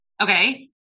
Okay